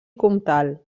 comtal